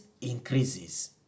increases